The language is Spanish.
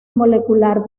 molecular